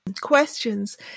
questions